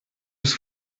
ist